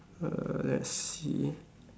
uh let's see